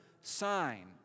sign